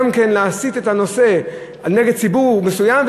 גם להסיט את הנושא נגד ציבור מסוים,